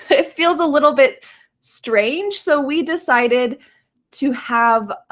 it feels a little bit strange. so we decided to have